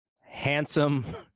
handsome